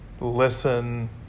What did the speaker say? listen